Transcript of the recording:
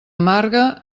amarga